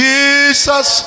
Jesus